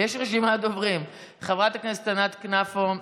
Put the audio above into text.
חברת הכנסת ענת כנפו,